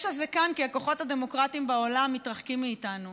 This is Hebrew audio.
יש"ע זה כאן כי הכוחות הדמוקרטיים בעולם מתרחקים מאיתנו,